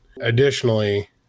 Additionally